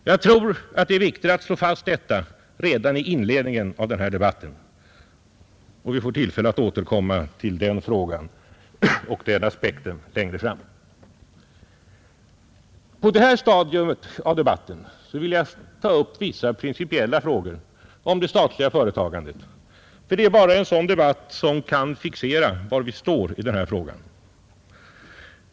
Jag tror att det är viktigt att slå fast detta redan i inledningen av den här debatten. Vi får tillfälle att återkomma till den frågan och den aspekten längre fram. På detta stadium av debatten vill jag ta upp vissa principiella frågor om det statliga företagandet, för det är bara en sådan debatt som kan fixera var vi står i den här frågan.